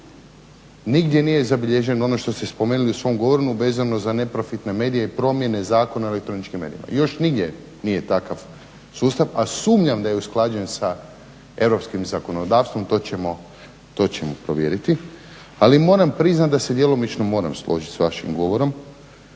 Nigdje nije zabilježeno ono što ste spomenuli u svom govoru vezano za neprofitne medije i promjene Zakona o elektroničkim medijima. Još nigdje nije takav sustav, a sumnjam da je usklađen sa europskim zakonodavstvom, to ćemo provjeriti. Ali moram priznati da se djelomično moram složiti s vašim govorom